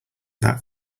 that